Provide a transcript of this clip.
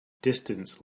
distance